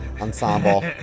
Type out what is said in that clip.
ensemble